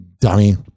dummy